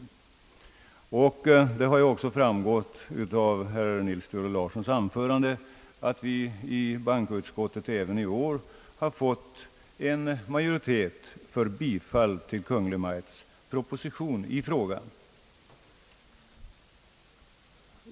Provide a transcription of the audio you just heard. Det framgick också av Nils Theodor Larssons anförande, att vi inom bankoutskottet även i år har fått majoritet för bifall till Kungl. Maj:ts proposition i frågan.